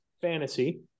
fantasy